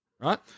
right